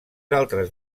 altres